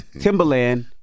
Timberland